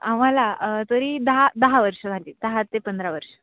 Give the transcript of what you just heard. आम्हाला तरी दहा दहा वर्ष झाली दहा ते पंधरा वर्ष